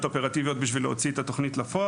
אופרטיביות בשביל להוציא אותה לפועל.